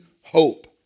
hope